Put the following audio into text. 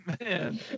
man